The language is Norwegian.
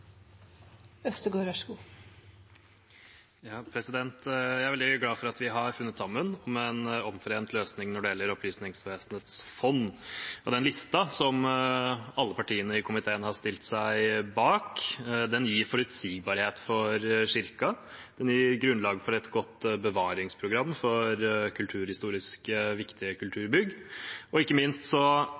Jeg er veldig glad for at vi har funnet sammen om en omforent løsning når det gjelder Opplysningsvesenets fond. Listen med forslag, som alle partiene i komiteen har stilt seg bak, gir forutsigbarhet for Kirken og et nytt grunnlag for et godt bevaringsprogram for kulturhistorisk viktige kulturbygg. Ikke minst,